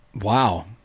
wow